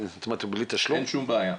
אין שום בעיה.